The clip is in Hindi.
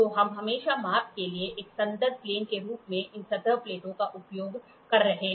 तो हम हमेशा माप के लिए एक संदर्भ प्लेन के रूप में इन सतह प्लेटों का उपयोग कर रहे हैं